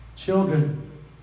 Children